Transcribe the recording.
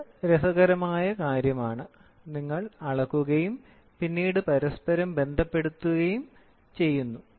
ഇത് രസകരമായ കാര്യമാണ് നിങ്ങൾ അളക്കുകയും പിന്നീട് പരസ്പരം ബന്ധപ്പെടുകയും ചെയ്യുന്നു